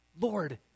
Lord